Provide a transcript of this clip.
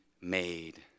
made